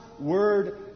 Word